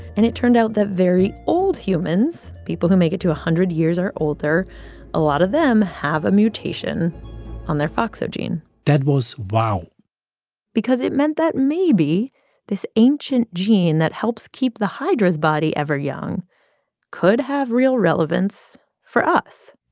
and it turned out that very old humans people who make it to one ah hundred years or older a lot of them have a mutation on their foxo gene that was wow because it meant that maybe this ancient gene that helps keep the hydra's body ever young could have real relevance for us